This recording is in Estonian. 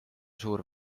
suur